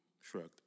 shrugged